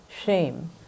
shame